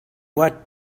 what